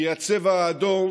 כי הצבע האדום